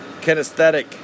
Kinesthetic